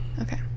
Okay